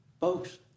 Folks